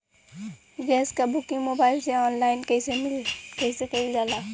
Gas क booking mobile से online कईसे कईल जाला?